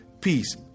Peace